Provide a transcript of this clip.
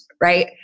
right